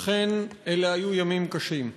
אכן, אלה היו ימים קשים,